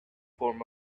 form